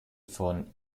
von